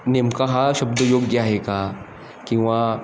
नेमकं हा शब्द योग्य आहे का किंवा